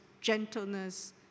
gentleness